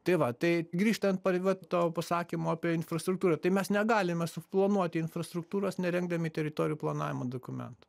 tai va tai grįžtant prie vat to pasakymo infrastruktūra tai mes negalime suplanuoti infrastruktūros nerengdami teritorijų planavimo dokumentų